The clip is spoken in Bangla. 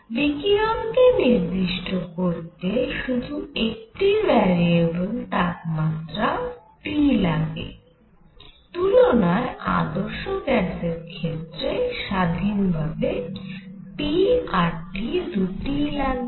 বিকিরণ কে নির্দিষ্ট করতে শুধু একটি ভ্যারিয়েবল তাপমাত্রা T লাগে তুলনায় আদর্শ গ্যাসের ক্ষেত্রে স্বাধীনভাবে p আর T দুটিই লাগে